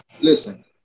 Listen